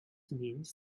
means